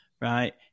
right